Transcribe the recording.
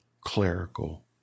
clerical